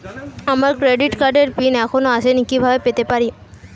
আমার ক্রেডিট কার্ডের পিন এখনো আসেনি কিভাবে পেতে পারি?